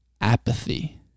Apathy